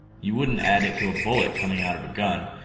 you wouldn't add it to a bullet coming out of a gun.